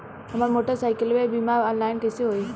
हमार मोटर साईकीलके बीमा ऑनलाइन कैसे होई?